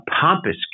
pompous